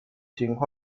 情况